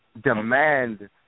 demand